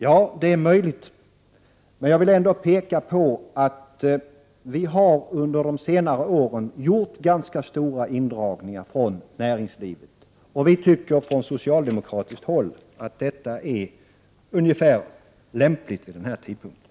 Ja, det är möjligt, men jag vill ändå påpeka att vi under de senare åren har genomfört ganska stora indragningar från näringslivet. Från socialdemokratiskt håll tycker vi att denna skatt är ungefär lämplig vid den här tidpunkten.